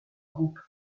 groupe